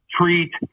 treat